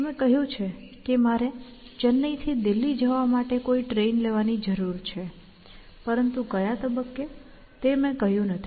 તમે કહ્યું છે કે મારે ચેન્નાઈથી દિલ્હી જવા માટે કોઈ ટ્રેન લેવાની જરૂર છે પરંતુ ક્યા તબક્કે તે મેં કહ્યું નથી